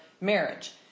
marriage